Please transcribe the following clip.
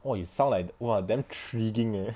!wah! you sound like !wah! damn triggering eh